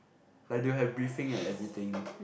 like they will have briefing and everything